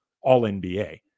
all-NBA